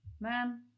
man